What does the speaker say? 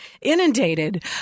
inundated